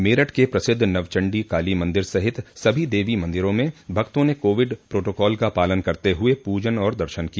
मेरठ के प्रसिद्ध नवचंडी काली मंदिर सहित सभी देवी मंदिरों में भक्तों ने कोविड प्रोटोकॉल का पालन करते हुए पूजन और दर्शन किया